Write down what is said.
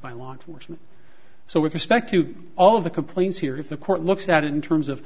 by law enforcement so with respect to all of the complaints here if the court looks at it in terms of